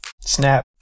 snap